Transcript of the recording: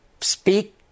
speak